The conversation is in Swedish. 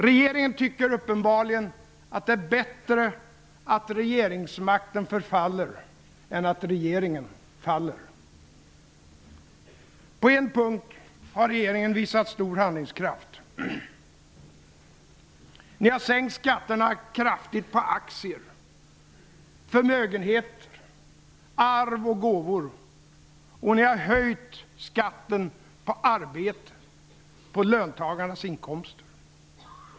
Regeringen tycker uppenbarligen att det är bättre att regeringsmakten förfaller än att regeringen faller. Fru talman! På en punkt har regeringen visat stor handlingskraft. Regeringen har sänkt skatterna kraftigt på aktier, förmögenheter, arv och gåvor, och regeringen har höjt skatten på arbete, på löntagarnas inkomster.